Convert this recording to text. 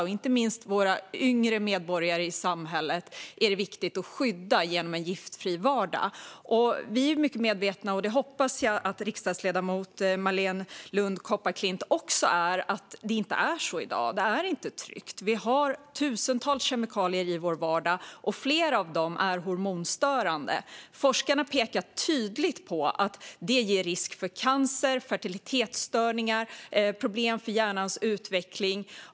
Det är inte minst viktigt att skydda samhällets yngre medborgare genom en giftfri vardag. Vi är mycket medvetna om att det inte är tryggt i dag, och jag hoppas att även riksdagsledamoten Marléne Lund Kopparklint är medveten om det. Det finns tusentals kemikalier i vår vardag, och flera av dem är hormonstörande. Forskarna pekar tydligt på att de utgör en risk för cancer, fertilitetsstörningar och problem för hjärnans utveckling.